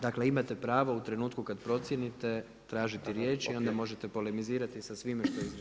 Dakle imate pravo u trenutku kada procijenite tražiti riječ i onda možete polemizirati sa svime što je izrečeno.